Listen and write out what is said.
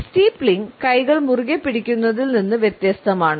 steepling കൈകൾ മുറുകെ പിടിക്കുന്നതിൽ നിന്ന് വ്യത്യസ്തമാണ്